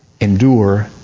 endure